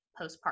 postpartum